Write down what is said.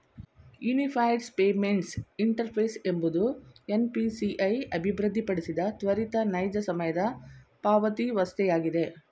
unified payments interface ಎಂಬುದು NPCI ಅಭಿವೃದ್ಧಿಪಡಿಸಿದ ತ್ವರಿತ ನೈಜ ಸಮಯದ ಪಾವತಿವಸ್ಥೆಯಾಗಿದೆ